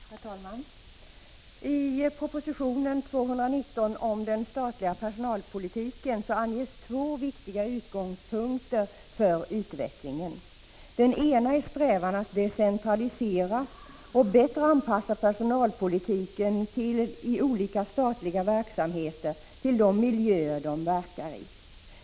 Herr talman! I proposition 1984/85:219 om den statliga personalpolitiken anges två viktiga utgångspunkter för utvecklingen. Den ena är strävan att decentralisera och bättre anpassa personalpolitiken i olika statliga verksamheter till de miljöer där personalen verkar.